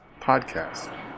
Podcast